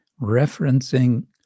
referencing